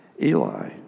Eli